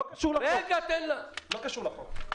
מאוד מרגש, תודה לכל החברים, יישר כוח.